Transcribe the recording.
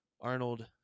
Arnold